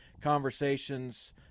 conversations